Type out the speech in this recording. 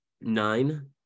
nine